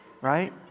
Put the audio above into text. right